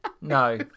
No